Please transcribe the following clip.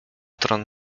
tron